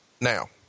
now